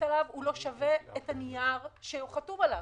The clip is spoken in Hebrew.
עליו לא שווה את הנייר שהוא חתום עליו.